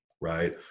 right